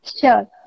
Sure